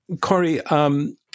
Corey